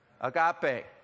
Agape